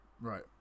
Right